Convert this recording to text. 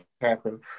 happen